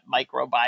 microbiome